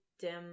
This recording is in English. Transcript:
dim